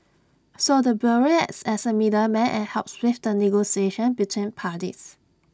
so the bureau acts as A middleman and helps with the negotiation between parties